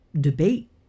debate